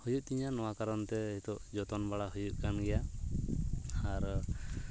ᱦᱩᱭᱩᱜ ᱛᱤᱧᱟᱹ ᱱᱚᱣᱟ ᱠᱟᱨᱚᱱᱛᱮ ᱦᱤᱛᱚᱜ ᱡᱚᱛᱚᱱ ᱵᱟᱲᱟ ᱦᱩᱭᱩᱜ ᱠᱟᱱᱜᱮᱭᱟ ᱟᱨ